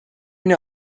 been